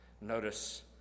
Notice